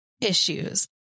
issues